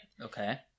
okay